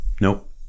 Nope